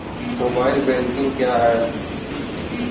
Mobile banking क्या है?